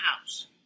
house